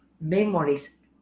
memories